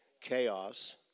chaos